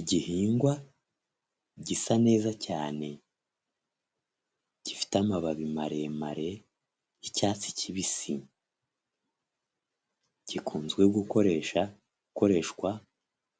Igihingwa gisa neza cyane gifite amababi maremare y'icyatsi kibisi, gikunzwe gukoresha gukoreshwa